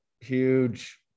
huge